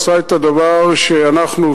עשה את הדבר שאנחנו,